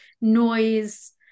noise